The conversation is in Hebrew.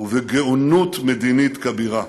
ובגאונות מדינית כבירה.